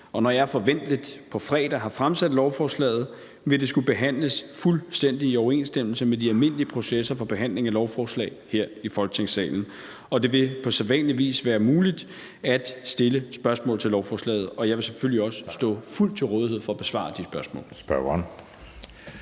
og når jeg forventelig på fredag har fremsat lovforslaget, vil det skulle behandles fuldstændig i overensstemmelse med de almindelige processer for behandling af lovforslag her i Folketingssalen, og det vil på sædvanlig vis være muligt at stille spørgsmål til lovforslaget. Jeg vil selvfølgelig også stå fuldt til rådighed for at besvare de spørgsmål.